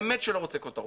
באמת שלא רוצה כותרות,